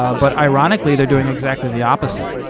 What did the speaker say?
ah but ironically they're doing exactly the opposite.